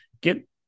get